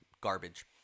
garbage